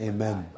Amen